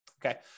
Okay